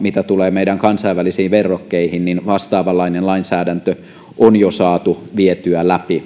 mitä tulee meidän kansainvälisiin verrokkeihin niin vastaavanlainen lainsäädäntö on jo saatu vietyä läpi